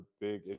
big